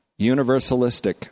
universalistic